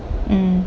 mm